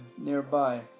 nearby